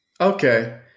Okay